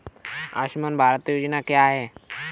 आयुष्मान भारत योजना क्या है?